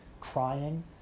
crying